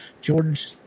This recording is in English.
George